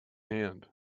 hand